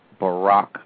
Barack